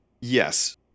Yes